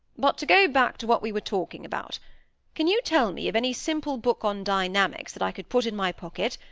but to go back to what we were talking about can you tell me of any simple book on dynamics that i could put in my pocket,